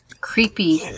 Creepy